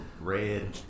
red